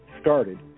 started